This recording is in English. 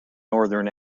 northern